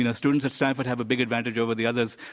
you know students at stanford have a big advantage over the others.